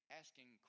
asking